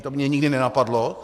To mě nikdy nenapadlo.